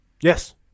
Yes